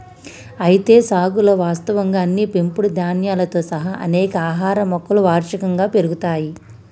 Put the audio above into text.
అయితే సాగులో వాస్తవంగా అన్ని పెంపుడు ధాన్యాలతో సహా అనేక ఆహార మొక్కలు వార్షికంగా పెరుగుతాయి